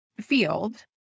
field